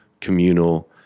communal